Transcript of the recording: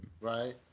Right